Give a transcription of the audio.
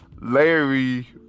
Larry